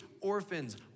orphans